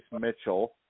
Mitchell